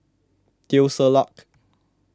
Teo Ser Luck